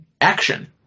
action